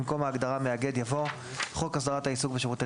במקום ההגדרה "מאגד" יבוא: ""חוק הסדרת העיסוק בשירותי